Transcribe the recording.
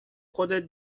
خودت